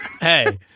hey